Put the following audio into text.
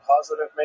positive